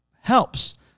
helps